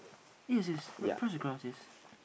yes yes right just across yes